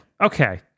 okay